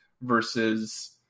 versus